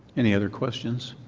any other questions?